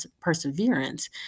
perseverance